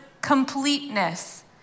completeness